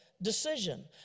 Decision